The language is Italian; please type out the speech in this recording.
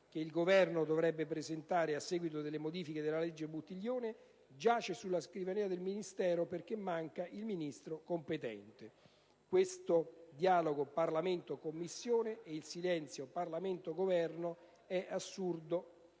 che il Governo dovrebbe presentare a seguito delle modifiche alla legge Buttiglione, giace sulla scrivania del Ministero perché manca il Ministro competente. Questo dialogo Parlamento-Commissione e il silenzio Parlamento-Governo è un assurdo